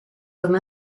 comme